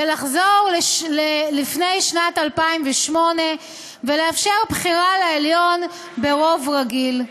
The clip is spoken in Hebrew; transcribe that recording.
לחזור ללפני שנת 2008 ולאפשר בחירה לעליון ברוב רגיל.